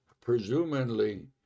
presumably